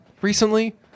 recently